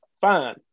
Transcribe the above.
Fine